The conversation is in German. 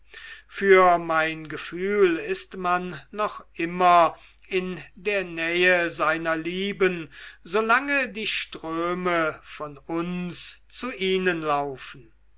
für mein gefühl ist man noch immer in der nähe seiner lieben solange die ströme von uns zu ihnen laufen